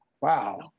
Wow